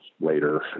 later